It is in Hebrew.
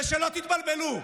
שלא תתבלבלו,